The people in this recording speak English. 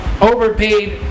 overpaid